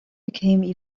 became